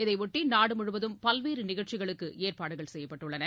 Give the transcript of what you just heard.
இதையொட்டிநாடுமுழுவதும் பல்வேறுநிகழ்ச்சிகளுக்குஏற்பாடுகள் செய்யப்பட்டுள்ளன